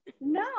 No